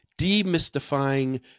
demystifying